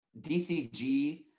DCG